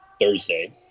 Thursday